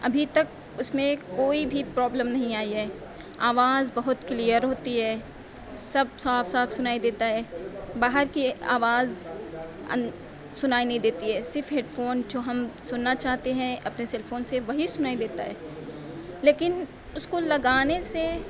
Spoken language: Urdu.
ابھی تک اُس میں کوئی بھی پرابلم نہیں آئی ہے آواز بہت کلیئر ہوتی ہے سب صاف صاف سُنائی دیتا ہے باہر کی آواز سُنائی نہیں دیتی ہے صرف ہیڈ فون جو ہم سُننا چاہتے ہیں اپنے سیل فون سے وہی سُنائی دیتا ہے لیکن اُس کو لگانے سے